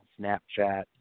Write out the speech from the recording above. Snapchat